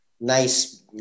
nice